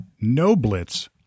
no-blitz